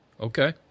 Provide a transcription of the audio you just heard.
okay